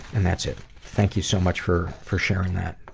and that's it. thank you so much for for sharing that.